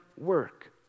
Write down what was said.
work